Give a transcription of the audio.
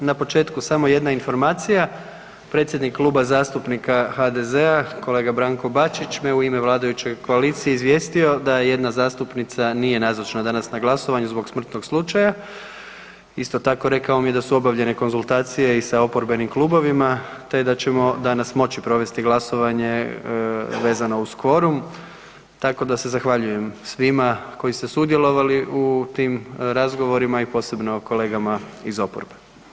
Na početku samo jedna informacija, predsjednik Kluba zastupnika HDZ-a kolega Branko Bačić me u ime vladajuće koalicije izvijestio da jedna zastupnica nije nazočna danas na glasovanju zbog smrtnog slučaja, isto tako rekao mi je da su obavljene konzultacije i sa oporbenim klubovima te da ćemo danas moći provesti glasovanje vezano uz kvorum, tako da se zahvaljujem svima koji ste sudjelovali u tim razgovorima, a posebno kolegama iz oporbe.